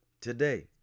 today